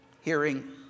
hearing